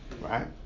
Right